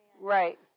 Right